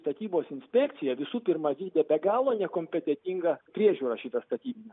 statybos inspekcija visų pirma vykdė be galo nekompetentingą priežiūrą šito statybinio